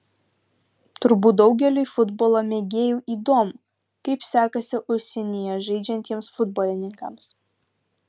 turbūt daugeliui futbolo mėgėjų įdomu kaip sekasi užsienyje žaidžiantiems futbolininkams